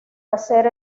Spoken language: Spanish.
hacer